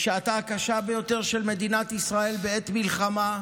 בשעתה הקשה ביותר של מדינת ישראל, בעת מלחמה,